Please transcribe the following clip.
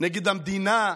נגד המדינה,